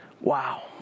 Wow